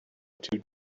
two